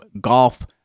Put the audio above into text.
golf